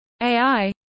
AI